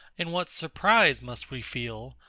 and what surprise must we feel,